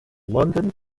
london